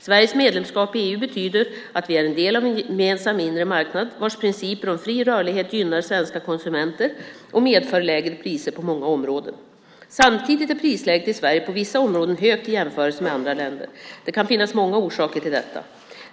Sveriges medlemskap i EU betyder att vi är en del av en gemensam inre marknad vars principer om fri rörlighet gynnar svenska konsumenter och medför lägre priser på många områden. Samtidigt är prisläget i Sverige på vissa områden högt i jämförelse med andra länder. Det kan finnas många orsaker till detta.